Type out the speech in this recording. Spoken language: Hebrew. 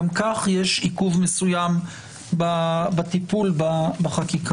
גם כך יש עיכוב מסוים בטיפול בחקיקה.